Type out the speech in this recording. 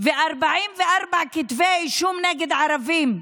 44 כתבי אישום נגד ערבים במאורעות.